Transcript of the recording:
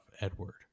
Edward